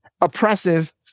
oppressive